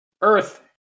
Earth